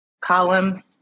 column